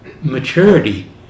maturity